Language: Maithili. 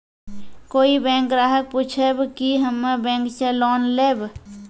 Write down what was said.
कोई बैंक ग्राहक पुछेब की हम्मे बैंक से लोन लेबऽ?